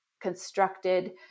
constructed